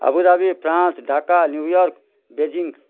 Abu Dhabi France Dhaka New York Beijing